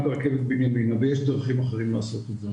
הרכבת בנימינה ויש דרכים אחרות לעשות את זה.